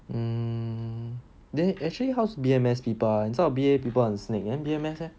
oh then actually how's B_M_S people ah 你知道 B_A people 很 snake than B_M_S eh